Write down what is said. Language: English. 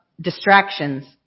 distractions